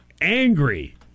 angry